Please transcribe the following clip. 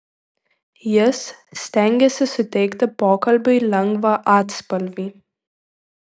jis stengėsi suteikti pokalbiui lengvą atspalvį